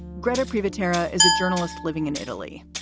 gretar private tara is a journalist living in italy.